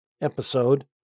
episode